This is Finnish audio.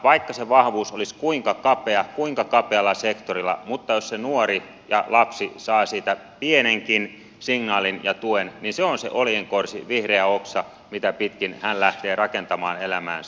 vaikka se vahvuus olisi kuinka kapea kuinka kapealla sektorilla niin jos se nuori lapsi saa siitä pienenkin signaalin ja tuen se on se oljenkorsi vihreä oksa mitä pitkin hän lähtee rakentamaan elämäänsä